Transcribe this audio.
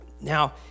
Now